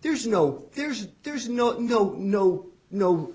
there's no there's there's no no no no